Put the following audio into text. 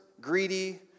greedy